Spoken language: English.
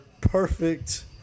Perfect